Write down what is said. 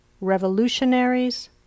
revolutionaries